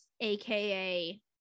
aka